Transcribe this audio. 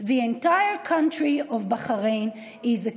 לעונג רב הוא לי לעמוד כאן